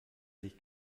sich